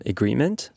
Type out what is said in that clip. Agreement